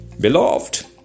Beloved